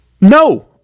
No